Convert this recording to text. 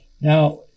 Now